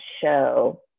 show